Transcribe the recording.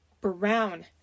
brown